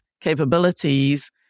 capabilities